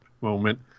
moment